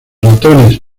ratones